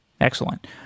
Excellent